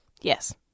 Yes